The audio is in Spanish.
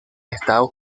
estados